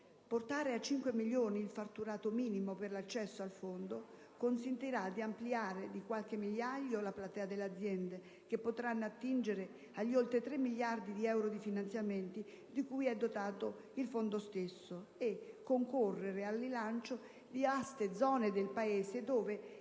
Portare a cinque milioni il fatturato minimo per l'accesso al Fondo consentirà di ampliare di qualche migliaio la platea delle aziende che potranno attingere agli oltre tre miliardi di euro di finanziamenti di cui è dotato il Fondo stesso, concorrendo al rilancio di vaste zone del Paese dove